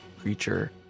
creature